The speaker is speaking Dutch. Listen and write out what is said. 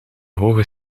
hoge